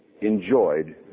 enjoyed